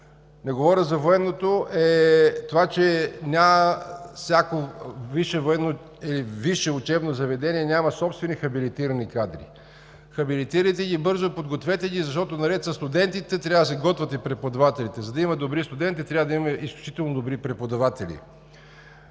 не говоря за военното – е това, че всяко висше учебно заведение няма собствени хабилитирани кадри. Хабилитирайте ги бързо, подгответе ги, защото наред със студентите, трябва да се готвят и преподавателите. За да има добри студенти, трябва да има изключително добри преподаватели.